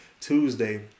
Tuesday